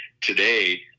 today